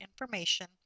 information